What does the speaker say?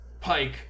Pike